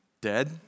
dead